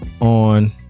on